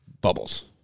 bubbles